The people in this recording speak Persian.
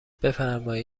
بفرمایید